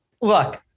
look –